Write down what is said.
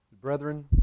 brethren